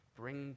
bring